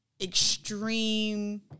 extreme